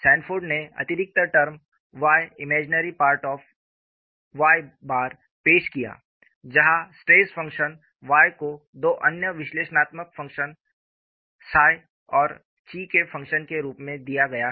Sanford ने अतिरिक्त term yIm Y पेश किया जहां स्ट्रेस फ़ंक्शन Y को दो अन्य विश्लेषणात्मक फंक्शन्स 𝜳 और 𝛘 के फंक्शन के रूप में दिया गया है